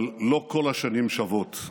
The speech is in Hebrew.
אבל לא כל השנים שוות.